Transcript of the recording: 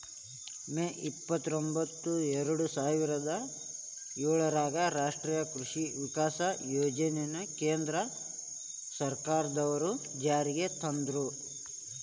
ಮೇ ಇಪ್ಪತ್ರೊಂಭತ್ತು ಎರ್ಡಸಾವಿರದ ಏಳರಾಗ ರಾಷ್ಟೇಯ ಕೃಷಿ ವಿಕಾಸ ಯೋಜನೆನ ಕೇಂದ್ರ ಸರ್ಕಾರದ್ವರು ಜಾರಿಗೆ ತಂದ್ರು